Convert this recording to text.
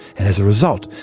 and as a result,